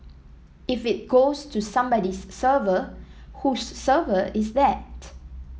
if it goes to somebody's server whose server is that